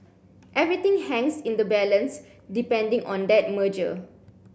everything hangs in the balance depending on that merger